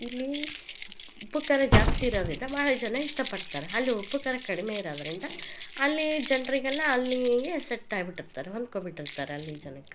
ಇಲ್ಲಿ ಉಪ್ಪು ಖಾರ ಜಾಸ್ತಿ ಇರೋದರಿಂದ ಭಾಳ ಜನ ಇಷ್ಟ ಪಡ್ತಾರೆ ಅಲ್ಲಿ ಉಪ್ಪು ಖಾರ ಕಡಿಮೆ ಇರೋದರಿಂದ ಅಲ್ಲಿ ಜನರಿಗೆಲ್ಲ ಅಲ್ಲಿಯೆ ಸೆಟ್ ಆಬಿಟ್ಟಿರ್ತಾರೆ ಹೊಂದ್ಕೊಬಿಟ್ಟಿರ್ತಾರೆ ಅಲ್ಲಿ ಜನಕ್ಕೆ